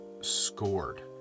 scored